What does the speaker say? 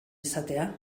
izatea